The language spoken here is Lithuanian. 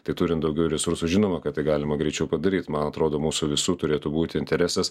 tai turin daugiau resursų žinoma kad tai galima greičiau padaryt man atrodo mūsų visų turėtų būti interesas